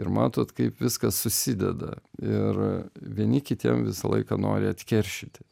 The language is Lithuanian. ir matot kaip viskas susideda ir vieni kitiem visą laiką nori atkeršyti